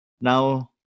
now